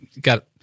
got